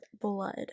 blood